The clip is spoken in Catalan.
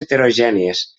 heterogènies